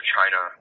China